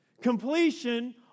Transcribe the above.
completion